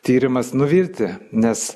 tyrimas nuvilti nes